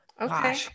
Okay